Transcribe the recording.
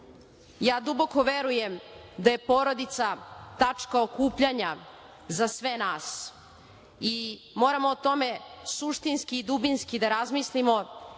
Duboko verujem da je porodica tačka okupljanja za sve nas i moramo o tome suštinski i dubinski da razmislimo